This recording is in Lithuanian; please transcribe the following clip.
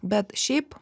bet šiaip